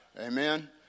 Amen